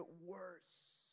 worse